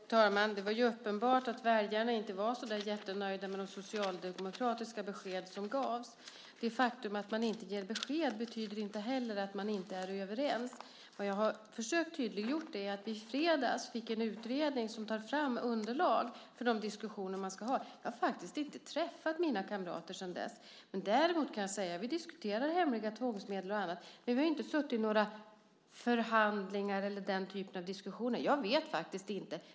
Herr talman! Det var uppenbart att väljarna inte var så där jättenöjda med de socialdemokratiska besked som gavs. Det faktum att man inte ger besked betyder inte heller att man inte är överens. Vad jag har försökt tydliggöra är att vi i fredags fick en utredning där det har tagits fram underlag för de diskussioner som man ska ha. Jag har faktiskt inte träffat mina kamrater sedan dess. Däremot kan jag säga att vi diskuterar hemliga tvångsmedel och annat, men vi har inte suttit i några förhandlingar eller i den typen av diskussioner. Jag vet faktiskt inte.